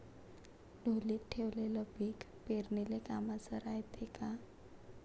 ढोलीत ठेवलेलं पीक पेरनीले कामाचं रायते का?